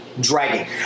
Dragging